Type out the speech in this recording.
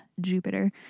Jupiter